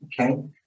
okay